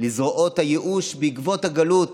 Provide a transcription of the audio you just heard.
לזרועות הייאוש בעקבות הגלות